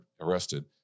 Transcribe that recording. arrested